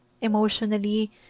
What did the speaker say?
emotionally